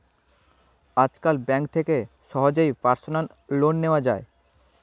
আজকাল ব্যাঙ্ক থেকে সহজেই পার্সোনাল লোন নেওয়া যায়